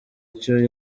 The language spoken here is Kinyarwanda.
icyo